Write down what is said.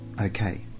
okay